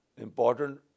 important